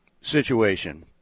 situation